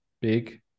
big